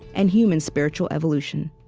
and human spiritual evolution.